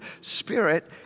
spirit